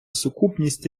сукупність